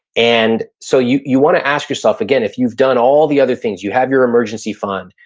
and so you you wanna ask yourself again, if you've done all the other things, you have your emergency fund,